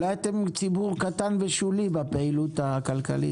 אולי אתם ציבור קטן ושולי בפעילות הכלכלית.